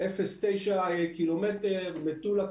9 קילומטר מטולה,